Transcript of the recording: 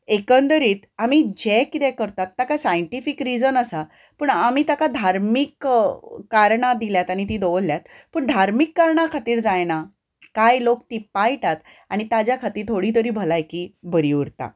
एकंदरीत आमी जें कितें करतात ताका सायनटिफीक रिजन आसा पूण आमी ताका धार्मीक कारणां दिल्यात आनी ती दवरल्यात पूण धार्मीक कारणां खातीर जायनां कांय लोक ती पाळटात आनी ताच्या खातीर थोडी तरी भलायकी बरी उरता